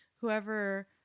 whoever